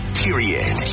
period